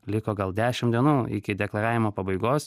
liko gal dešim dienų iki deklaravimo pabaigos